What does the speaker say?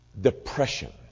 depression